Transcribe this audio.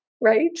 right